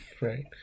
right